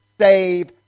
save